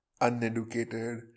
uneducated